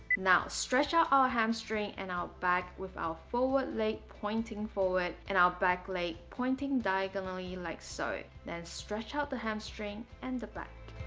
now stretch out our hamstring and our back with our forward leg pointing forward and our back leg pointing diagonally like so then stretch out the hamstring and the back